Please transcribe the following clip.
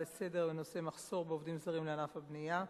לסדר-היום בנושא מחסור בעובדים זרים לענף הבנייה.